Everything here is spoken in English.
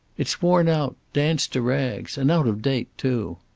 it's worn out-danced to rags. and out of date, too.